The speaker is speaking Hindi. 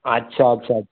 अच्छा अच्छा